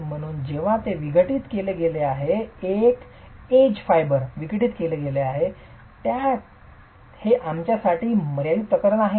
म्हणूनच जेव्हा ते विघटित केले गेले आहे एज फायबर विघटित केले गेले आहे हे आमच्यासाठी मर्यादित प्रकरण आहे का